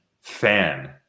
fan